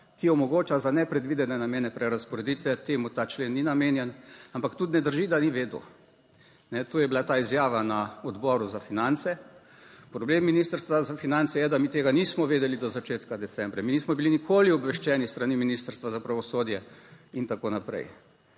ki omogoča za nepredvidene namene prerazporeditve. Temu ta člen ni namenjen. Ampak tudi ne drži, da ni vedel, to je bila ta izjava na Odboru za finance. Problem Ministrstva za finance je, da mi tega nismo vedeli do začetka decembra. Mi nismo bili nikoli obveščeni s strani Ministrstva za pravosodje in tako naprej.